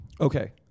Okay